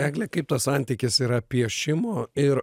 egle kaip tas santykis yra piešimo ir